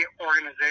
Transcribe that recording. organization